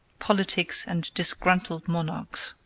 politics, and disgruntled monarchs.